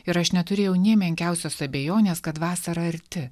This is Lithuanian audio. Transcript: ir aš neturėjau nė menkiausios abejonės kad vasara arti